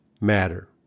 matter